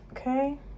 Okay